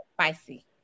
spicy